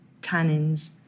tannins